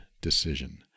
decision